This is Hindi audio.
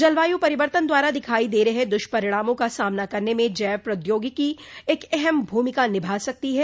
जलवायु परिवर्तन द्वारा दिखाई दे रहे द्ष्परिणामों का सामना करने में जैव प्रौद्योगिकी एक अहम भूमिका निभा सकती है